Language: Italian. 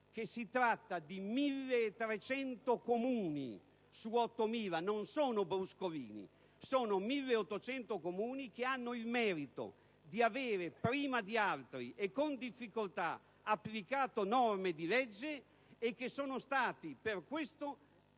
che si tratta di 1.300 Comuni su 8.000 - non sono bruscolini - che hanno il merito di avere, prima di altri e con difficoltà, applicato norme di legge e che sono stati, per questo,